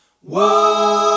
whoa